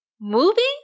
moving